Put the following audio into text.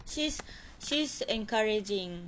she's she's encouraging